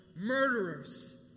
murderers